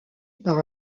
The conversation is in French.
par